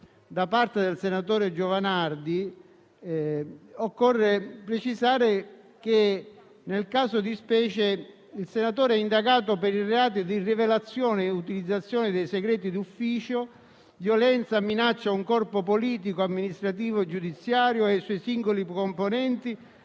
da parte del senatore Giovanardi, occorre precisare che nel caso di specie il senatore è indagato per il reato di rivelazione e utilizzazione di segreti d'ufficio, violenza, minaccia a un corpo politico, amministrativo o giudiziario e ai suoi singoli componenti,